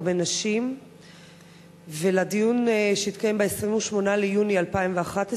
בנשים ולדיון שהתקיים ב-28 ביוני 2011,